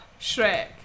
Shrek